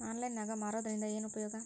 Online ನಾಗ್ ಮಾರೋದ್ರಿಂದ ಏನು ಉಪಯೋಗ?